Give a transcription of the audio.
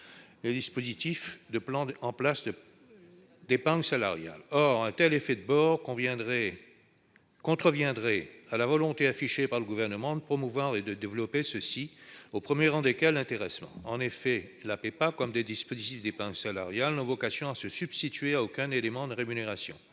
les dispositifs existants d'épargne salariale. Un tel effet de bord contreviendrait à la volonté affichée par le Gouvernement de promouvoir et développer ceux-ci, au premier rang desquels l'intéressement. En effet, la PEPA, comme les dispositifs d'épargne salariale, n'a vocation à se substituer à aucun élément de rémunération.